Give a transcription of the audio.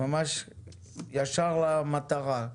ישר למטרה.